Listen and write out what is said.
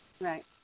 Right